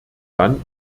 dann